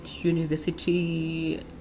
university